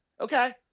Okay